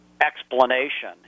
explanation